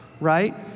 right